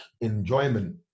enjoyment